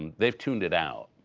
they have tuned it out.